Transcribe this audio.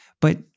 but-